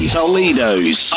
Toledo's